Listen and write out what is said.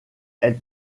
elles